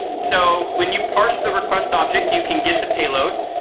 so when you parse the request object, you can get the payload,